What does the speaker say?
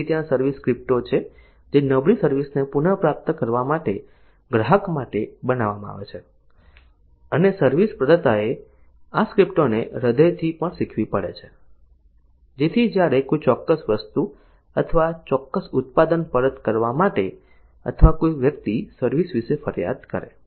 તેથી ત્યાં સર્વિસ સ્ક્રિપ્ટો છે જે નબળી સર્વિસ ને પુનપ્રાપ્ત કરવા માટે ગ્રાહક માટે બનાવવામાં આવે છે અને સર્વિસ પ્રદાતાએ આ સ્ક્રિપ્ટોને હૃદયથી પણ શીખવી પડે છે જેથી જ્યારે કોઈ ચોક્કસ વસ્તુ અથવા ચોક્કસ ઉત્પાદન પરત કરવા આવે અથવા કોઈ વ્યક્તિ સર્વિસ વિશે ફરિયાદ કરે